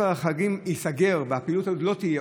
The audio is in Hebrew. של החגים ייסגר והפעילות הזאת לא תהיה,